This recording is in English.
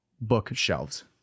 bookshelves